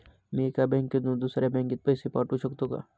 मी एका बँकेतून दुसऱ्या बँकेत पैसे पाठवू शकतो का?